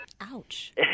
Ouch